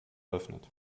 eröffnet